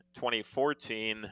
2014